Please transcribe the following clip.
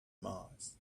mars